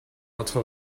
notre